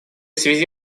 связи